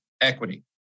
equity